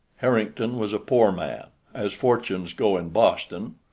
harrington was a poor man, as fortunes go in boston,